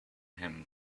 him